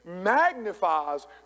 magnifies